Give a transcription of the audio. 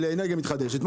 לאנרגיה מתחדשת,